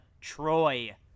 Troy